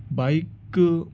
bike